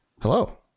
Hello